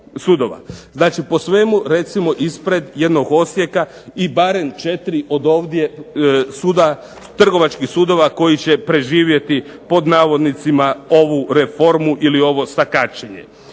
Znači po svemu recimo ispred jednog Osijeka i barem četiri od ovdje trgovačkih sudova koji će "preživjeti" ovu reformu ili ovo sakaćenje.